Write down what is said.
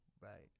right